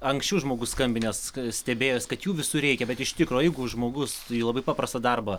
anksčiau žmogus skambinęs stebėjos kad jų visur reikia bet iš tikro jeigu žmogus labai paprastą darbą